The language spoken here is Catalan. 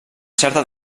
certa